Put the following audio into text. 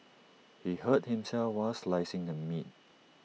he hurt himself while slicing the meat